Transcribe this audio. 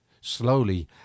Slowly